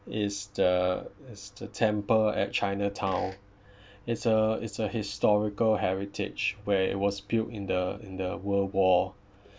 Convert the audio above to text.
is the is the temple at chinatown it's a it's a historical heritage where it was built in the in the world war